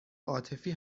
عاطفی